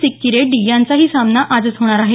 सिक्की रेड्डी यांचाही सामना आजच होणार आहे